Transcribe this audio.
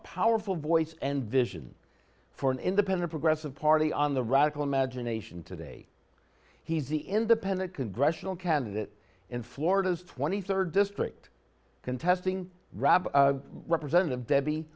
powerful voice and vision for an independent progressive party on the radical imagination today he's the independent congressional candidate in florida's twenty third district contesting rabb representative debbie